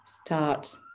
Start